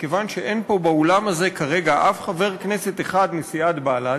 מכיוון שאין פה באולם הזה כרגע אף חבר כנסת אחד מסיעת בל"ד,